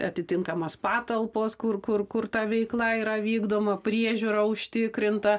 atitinkamos patalpos kur kur kur ta veikla yra vykdoma priežiūra užtikrinta